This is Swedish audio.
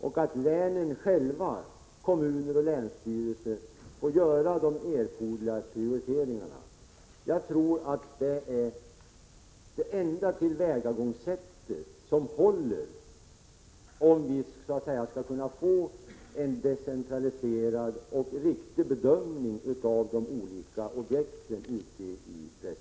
Därefter får kommunerna och länsstyrelsen göra de erforderliga prioriteringarna. Jag tror att det är det enda tillvägagångsätt som håller om vi skall kunna få en decentraliserad och riktig bedömning av de olika objekteni resp. län.